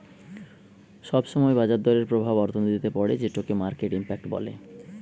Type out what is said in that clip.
সব সময় বাজার দরের প্রভাব অর্থনীতিতে পড়ে যেটোকে মার্কেট ইমপ্যাক্ট বলে